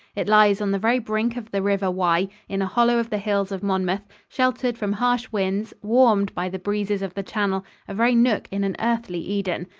it lies on the very brink of the river wye, in a hollow of the hills of monmouth, sheltered from harsh winds, warmed by the breezes of the channel a very nook in an earthly eden.